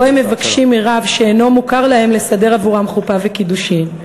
שבו הם מבקשים מרב שאינו מוכר להם לסדר עבורם חופה וקידושין.